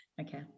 Okay